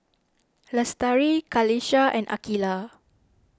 Lestari Qalisha and Aqilah